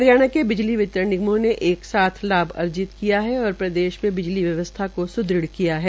हरियाणा के बिजली वितरण निगमों ने एक साथ लाभ अर्जित किया है और प्रदेश में बिजली व्यवस्था को सुदृढ़ किया है